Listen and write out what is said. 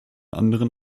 anderen